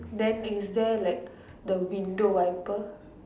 then is there like the window wiper